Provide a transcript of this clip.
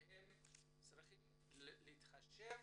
שהם צריכים להתחשב,